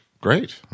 Great